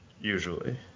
usually